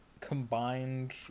combined